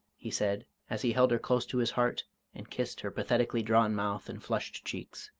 he said, as he held her close to his heart and kissed her pathetically drawn mouth and flushed cheeks.